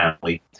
family